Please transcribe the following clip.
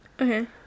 Okay